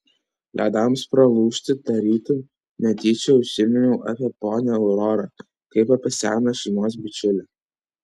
ledams pralaužti tarytum netyčia užsiminiau apie ponią aurorą kaip apie seną šeimos bičiulę